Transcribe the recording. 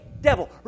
devil